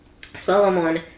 Solomon